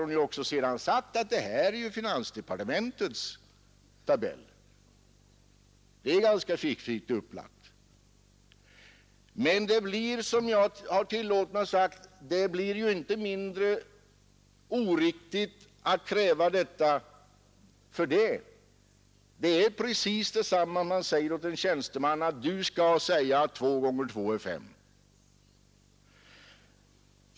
Hon har ju sedan också sagt att det är fråga om finansdepartementets tabell — det är ganska fiffigt upplagt. Men uppgifterna blir, som jag tillåtit mig att säga, inte mindre oriktiga för att man kräver att få dem på detta sätt. Det är precis detsamma som att säga åt en tjänsteman, att han skall säga att två gånger två är fem.